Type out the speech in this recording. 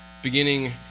beginning